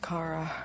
Kara